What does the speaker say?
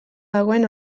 dagoen